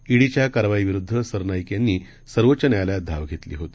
ईडीच्याकारवाईविरुद्धसरनाईकयांनीसर्वोच्चन्यायालयातधावघेतलीहोती